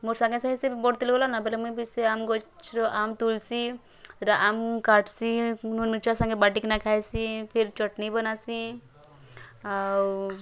ମୋର୍ ସାଙ୍ଗେ ସାଙ୍ଗେ ସେ ବଢ଼ତେ ଗଲା ନା ବେଲେ ମୁଇଁ ବି ସେ ଆମ୍ବ୍ ଗଛ୍ର ଆମ୍ବ୍ ତୋଳସି ସେଟା ଆମ୍ବ୍ କାଟସି ନୁନ୍ ମିରଚା ସାଙ୍ଗେ ବାଟିକିନା ଖାଏସି ଫିର୍ ଚଟନୀ ବନାସି ଆଉ